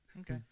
Okay